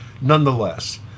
nonetheless